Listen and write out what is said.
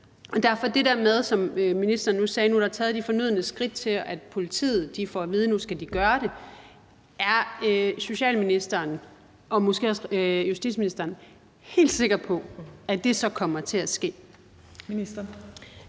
Derfor vil jeg til det, som ministeren sagde, med, at nu er der taget de fornødne skridt til, at politiet får at vide, at nu skal de gøre det, spørge: Er social- og ældreministeren og måske også justitsministeren helt sikre på, at det så kommer til at ske?